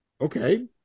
Okay